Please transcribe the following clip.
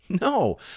No